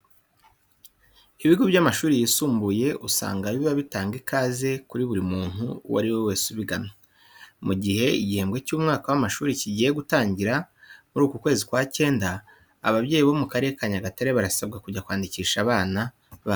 Ibigo by'amashuri yisumbuye usanga biba bitanga ikaze kuri buri muntu uwo ari we wese ubigana. Mu gihe igihembwe cy'umwaka w'amashuri kigiye gutangira muri uku kwezi kwa cyenda, ababyeyi bo mu karere ka Nyagatare barasabwa kujya kwandikisha abana babo.